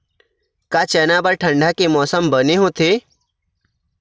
का चना बर ठंडा के मौसम बने होथे?